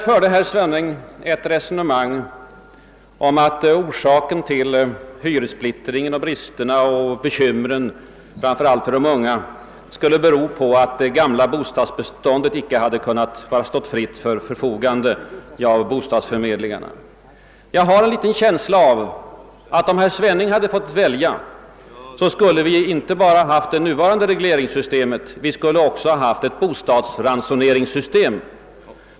Herr Svenning ansåg att en orsak till hyressplittringen, till bristerna och bekymren, framför 'allt för de unga, skulle vara att det gamla bostadsbeståndet inte har kunnat stå till fritt förfogande för bostadsförmedlingarna. Jag har en känsla av att om herr Svenning hade fått välja, skulle vi inte bara ha haft det nuvarande regleringssystemet, utan också ett bostadsransoneringssystem.